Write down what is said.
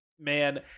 Man